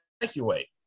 evacuate